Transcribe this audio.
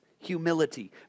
Humility